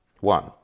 one